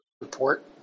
report